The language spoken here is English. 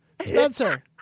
Spencer